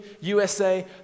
USA